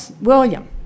William